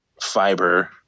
fiber